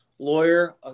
lawyer